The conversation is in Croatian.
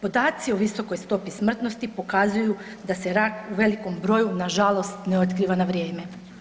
Podaci o visokoj stopi smrtnosti pokazuju da se rak u velikom broju na žalost ne otkriva na vrijeme.